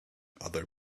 other